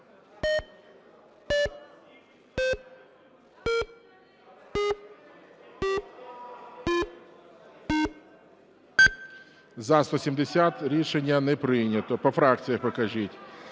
За-170 Рішення не прийнято. По фракціях покажіть.